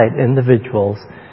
individuals